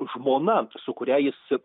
žmona su kuria jis